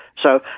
so,